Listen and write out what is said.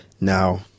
Now